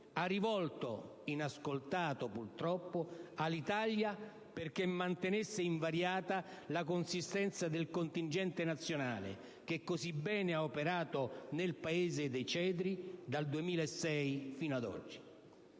ha rivolto, inascoltato purtroppo, all'Italia perché mantenesse invariata la consistenza del contingente nazionale che così bene ha operato nel Paese dei cedri dal 2006 ad oggi.